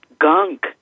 gunk